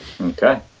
okay